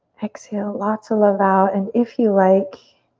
exhale lots of love out and if you like,